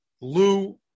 lou